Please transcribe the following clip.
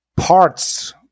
Parts